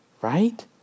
Right